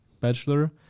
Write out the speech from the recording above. Bachelor